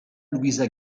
luisa